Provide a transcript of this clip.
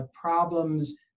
problems